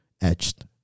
etched